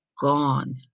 gone